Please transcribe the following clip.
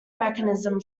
mechanism